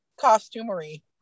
costumery